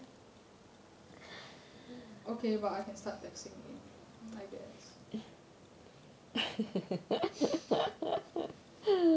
okay but I can start texting him I guess